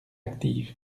active